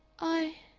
i